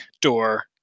door